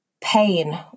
pain